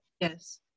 yes